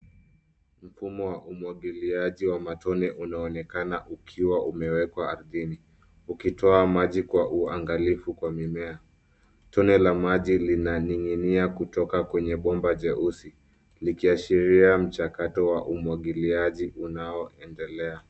Mfumo wa umwagiliaji wa matone unaonekana ukiwa umewekwa ardhini, ukitoa maji kwa uangalifu kwa mimea. Tone la maji linaning'inia kutoka kwenye bomba jeusi, likiashiria mchakato wa umwagiliaji unaoendelea.